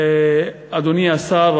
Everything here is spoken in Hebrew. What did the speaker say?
אדוני השר,